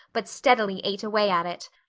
but steadily ate away at it.